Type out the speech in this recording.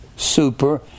super